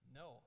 no